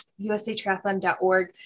usatriathlon.org